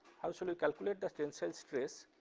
how shall we calculate the tensile stress,